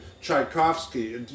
Tchaikovsky